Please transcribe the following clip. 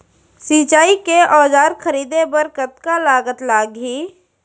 सिंचाई के औजार खरीदे बर कतका लागत लागही?